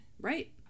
Right